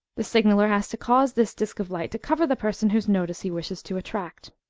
the signaller has to cause this disc of light to cover the person whose notice he wishes to attract.